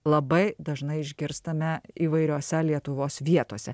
labai dažnai išgirstame įvairiose lietuvos vietose